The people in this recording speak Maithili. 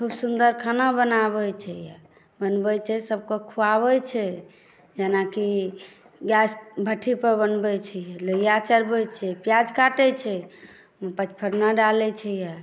खूब सुन्दर खाना बनाबैत छै यए बनबैत छै सभकेँ खुआबैत छै जेनाकि गैस भट्ठीपर बनबैत छै लोहिआ चढ़बैत छै प्याज काटैत छै पँचफोरना डालैत छै यए